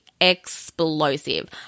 Explosive